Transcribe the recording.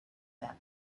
their